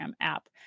app